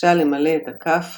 בקשה למלא את הכף